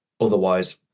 otherwise